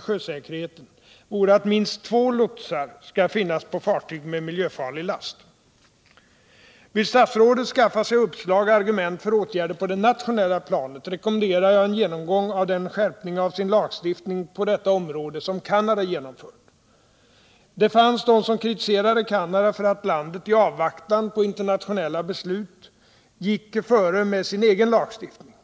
sjösäkerheten vore att minst två lotsar skall finnas på fartyg med miljöfarlig last. Vill statsrådet skaffa sig uppslag och argument för åtgärder på det nationella planet, rekommenderar jag en genomgång av den skärpning av sin lagstiftning på detta område som Canada genomfön. Det fanns de som kritiserade Canada för att landet i avvaktan på internationella beslut gick före med sin egen lagstiftning.